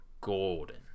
golden